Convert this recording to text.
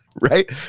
right